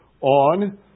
on